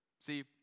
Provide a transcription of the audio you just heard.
See